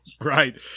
Right